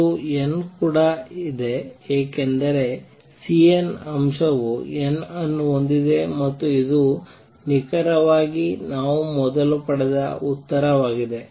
ಒಂದು n ಕೂಡ ಇದೆ ಏಕೆಂದರೆ Cn ಅಂಶವು n ಅನ್ನು ಹೊಂದಿದೆ ಮತ್ತು ಇದು ನಿಖರವಾಗಿ ನಾವು ಮೊದಲು ಪಡೆದ ಉತ್ತರವಾಗಿದೆ